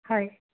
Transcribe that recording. হয়